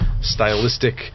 stylistic